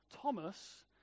Thomas